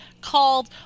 called